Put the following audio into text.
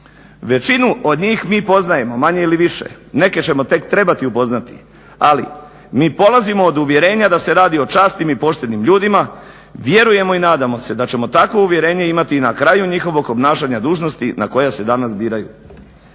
"Većinu od njih mi poznajemo, manje ili više. Neke ćemo tek trebati upoznati, ali mi polazimo od uvjerenja da se radi o časnim i poštenim ljudima, vjerujemo i nadamo se da ćemo takvo uvjerenje imati i na kraju njihovog obnašanja dužnosti na koja se danas biraju."